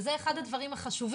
שזה אחד הדברים החשובים.